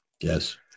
Yes